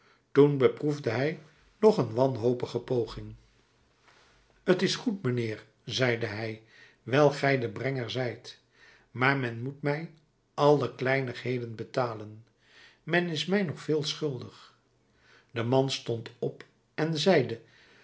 toen beproefde hij nog een wanhopige poging t is goed mijnheer zeide hij wijl gij de brenger zijt maar men moet mij alle kleinigheden betalen men is mij nog veel schuldig de man stond op en zeide